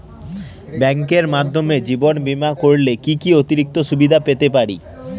ব্যাংকের মাধ্যমে জীবন বীমা করলে কি কি অতিরিক্ত সুবিধে পেতে পারি?